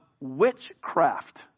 witchcraft